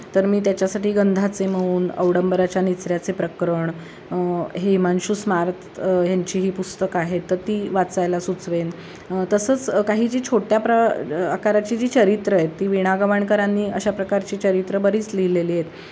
तर मी त्याच्यासाठी गंधाचे मौन अवडंबराच्या निचऱ्याचे प्रकरण हे हिमांशू स्मार्त ह्यांची ही पुस्तकं आहेत तर ती वाचायला सुचवेन तसंच काही जी छोट्या प्र अ आकाराची जी चरित्रं आहेत वीणा गवाणकरांनी अशा प्रकारची चरित्रं बरीच लिहिलेली आहेत